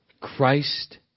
Christ